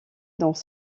dans